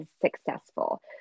successful